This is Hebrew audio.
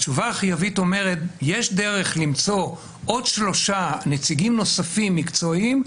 התשובה החיובית אומרת: יש דרך למצוא עוד שלושה נציגים נוספים מקצועיים.